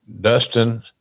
Dustin